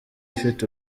ifite